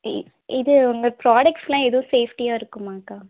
இ இது உங்கள் ப்ராடெக்ட்ஸ் எல்லாம் எதுவும் சேஃப்டியாக இருக்குமா அக்கா